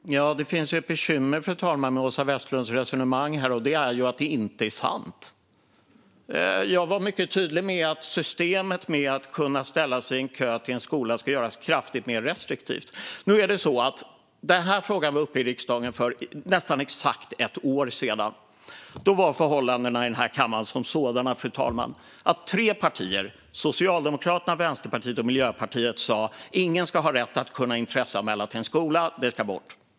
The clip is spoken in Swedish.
Fru talman! Det finns ett bekymmer med Åsa Westlunds resonemang, och det är att det inte är sant. Jag var mycket tydlig med att systemet med att kunna ställa sig i kö till en skola ska göras kraftigt mer restriktivt. Nu är det så att den här frågan var uppe i riksdagen för nästan exakt ett år sedan. Då var förhållandena i den här kammaren som sådana, fru talman, att tre partier - Socialdemokraterna, Vänsterpartiet och Miljöpartiet - sa att ingen ska ha rätt att intresseanmäla till en skola; det ska bort.